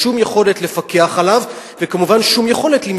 שום יכולת לפקח עליו,